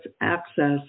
access